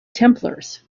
templars